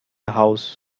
house